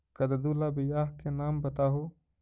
कददु ला बियाह के नाम बताहु?